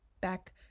back